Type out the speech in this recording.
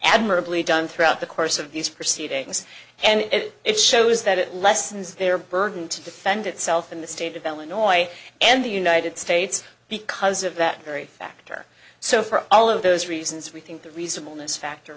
admirably done throughout the course of these proceedings and it shows that it lessens their burden to defend itself in the state of illinois and the united states because of that very factor so for all of those reasons we think the reason illness factor